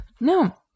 No